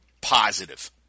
positive